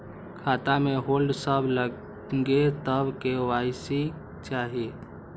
खाता में होल्ड सब लगे तब के.वाई.सी चाहि?